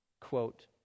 quote